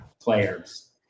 players